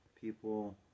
people